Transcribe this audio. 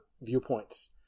viewpoints